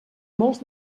molts